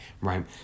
right